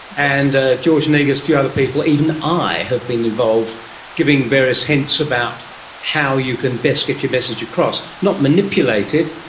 and ah george negus, a few other people, even i have been involved giving various hints about how you can best get your message across, not manipulate it,